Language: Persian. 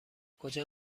کجا